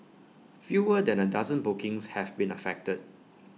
fewer than A dozen bookings have been affected